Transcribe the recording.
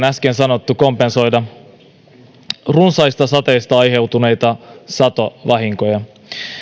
äsken sanottu kompensoida runsaista sateista aiheutuneita satovahinkoja